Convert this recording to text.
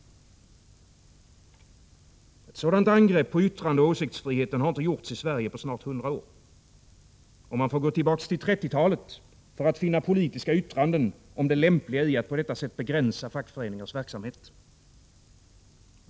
Ett sådant angrepp på yttrandeoch åsiktsfriheten har inte gjorts i Sverige på snart 100 år. Och man får gå till 1930-talet för att finna politiska yttranden om det lämpliga i att på detta sätt begränsa fackföreningarnas verksamhet.